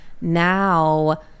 now